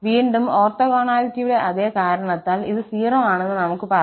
വീണ്ടും ഓർത്തോഗോണാലിറ്റിയുടെ അതേ കാരണത്താൽ ഇത് 0 ആണെന്ന് നമുക്ക് പറയാം